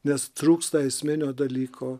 nes trūksta esminio dalyko